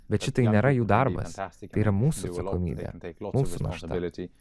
bet šitai nėra jų darbas tai yra mūsų atsakomybė mūsų našta